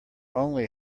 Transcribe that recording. only